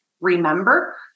remember